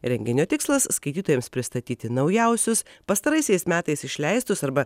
renginio tikslas skaitytojams pristatyti naujausius pastaraisiais metais išleistus arba